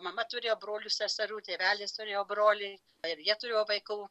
mama turėjo brolių seserų tėvelis turėjo brolį ir jie turėjo vaikų